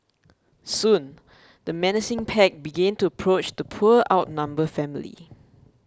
soon the menacing pack began to approach the poor outnumbered family